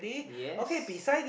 yes